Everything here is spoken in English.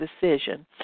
decision